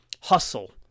hustle